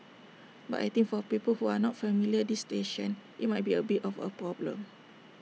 but I think for people who are not familiar this station IT might be A bit of A problem